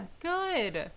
Good